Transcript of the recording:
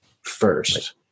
first